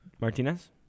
Martinez